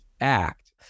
act